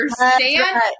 understand